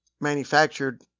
manufactured